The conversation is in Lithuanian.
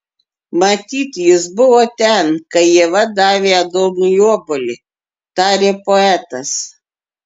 matyt jis buvo ten kai ieva davė adomui obuolį tarė poetas